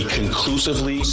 conclusively